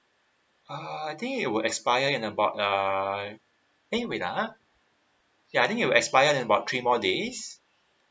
uh I think it would expire in about err eh wait ah ya I think it will expire in about three more days